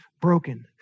broken